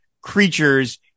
creatures